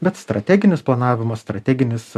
bet strateginis planavimas strateginis